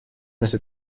مثل